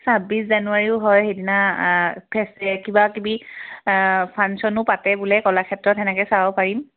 ছাব্বিছ জানুৱাৰীও হয় সেইদিনা কিবা কিবি ফাংচনো পাতে বোলে কলাক্ষেত্ৰত তেনেকৈ চাব পাৰিম